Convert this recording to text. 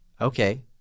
Okay